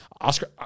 Oscar